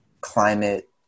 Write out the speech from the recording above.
climate